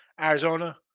Arizona